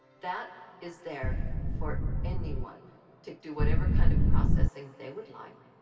that is there for anyone to do whatever kind of processing they would like.